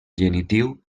genitiu